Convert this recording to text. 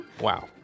Wow